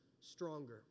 stronger